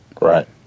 right